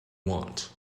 want